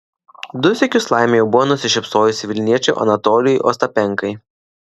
du sykius laimė jau buvo nusišypsojusi vilniečiui anatolijui ostapenkai